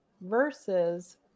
versus